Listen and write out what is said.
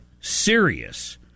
serious